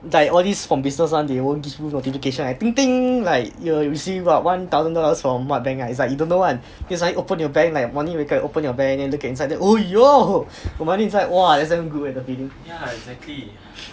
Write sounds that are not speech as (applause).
like all these from business one they won't give you notification like (noise) like you will see what one thousand dollars from what bank ah it's like you don't know [one] you suddenly open your bank like morning you wake up you open then look at inside like (noise) got money inside !wah! that's damn good eh the feeling